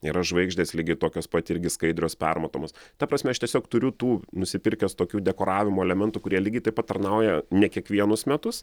yra žvaigždės lygiai tokios pat irgi skaidrios permatomos ta prasme aš tiesiog turiu tų nusipirkęs tokių dekoravimo elementų kurie lygiai taip pat tarnauja ne kiekvienus metus